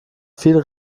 viel